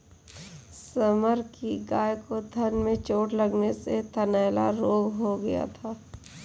summer की गाय को थन में चोट लगने से थनैला रोग हो गया था